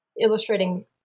illustrating